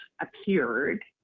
appeared